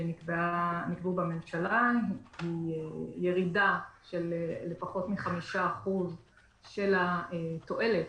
שנקבעו בממשלה, הם ירידה של פחות מ-5% של התועלת,